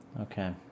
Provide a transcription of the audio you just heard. Okay